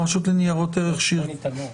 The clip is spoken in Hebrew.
רוני טלמור.